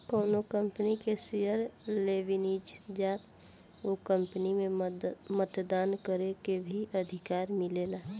कौनो कंपनी के शेयर लेबेनिजा त ओ कंपनी में मतदान करे के भी अधिकार मिलेला